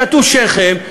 תטו שכם,